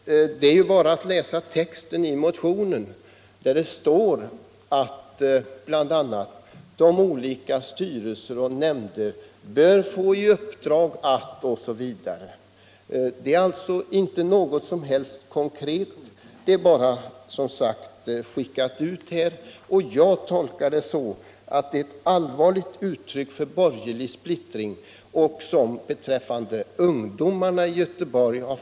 Det är bara att läsa texten i motionen, där det bl.a. står att olika styrelser och nämnder bör få i uppdrag att göra vissa saker. Där finns alltså inte något som helst konkret förslag. Jag tolkar det så att det är ett allvarligt uttryck för borgerlig splittring, vilket har fått oerhörda konsekvenser för ungdomarna i Göteborg.